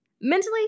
Mentally